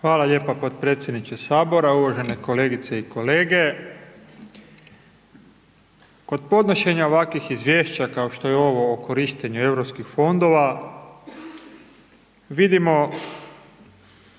Hvala lijepa podpredsjedniče sabora, uvažene kolegice i kolege, kod podnošenja ovakvih izvješća kao što je ovo o korištenju Europskih fondova vidimo